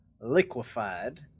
liquefied